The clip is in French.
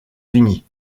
unis